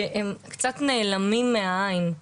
שהם קצת נעלמים מהעין.